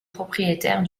propriétaires